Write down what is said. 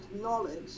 knowledge